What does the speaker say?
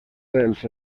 dels